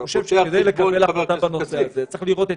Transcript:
אני חושב שכדי לקבל החלטה בנושא הזה צריך לראות את